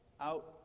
out